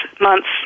months